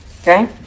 Okay